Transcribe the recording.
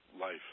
life